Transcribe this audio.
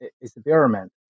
experiment